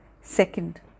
Second